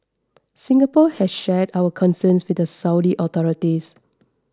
Singapore has shared our concerns with the Saudi authorities